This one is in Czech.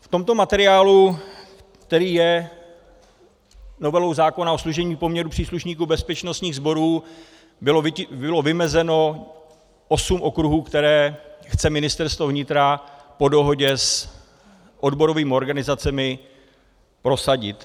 V tomto materiálu, který je novelou zákona o služebním poměru příslušníků bezpečnostních sborů, bylo vymezeno osm okruhů, které chce Ministerstvo vnitra po dohodě s odborovými organizacemi prosadit.